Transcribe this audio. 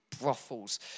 brothels